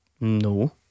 No